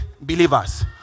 believers